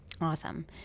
Awesome